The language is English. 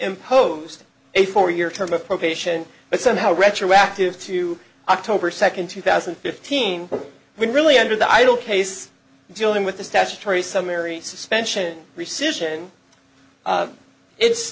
imposed a four year term of probation but somehow retroactive to october second two thousand and fifteen when really under the idle case dealing with the statutory some areas suspension rescission it's